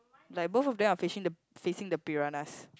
like both of them are fishing the facing the piranhas